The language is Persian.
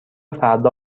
فردا